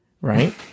Right